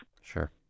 sure